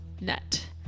net